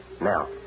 Now